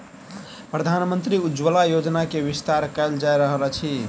प्रधानमंत्री उज्ज्वला योजना के विस्तार कयल जा रहल अछि